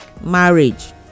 marriage